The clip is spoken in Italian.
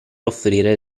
offrire